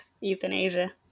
Euthanasia